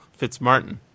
Fitzmartin